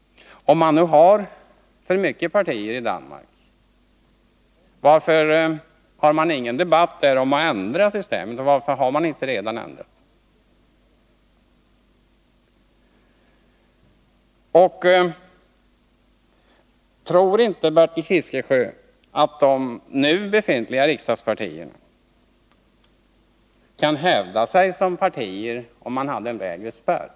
Om man har för många partier i Danmark, varför har man då ingen debatt där om att ändra systemet och varför har man inte redan ändrat det? Tror inte Bertil Fiskesjö att de nu befintliga riksdagspartierna kan hävda sig som partier om vi har en lägre spärr?